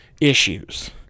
issues